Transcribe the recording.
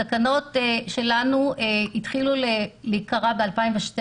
התקנות שלנו התחילו להיקרא ב-2012,